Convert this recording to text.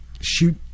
shoot